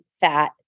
fat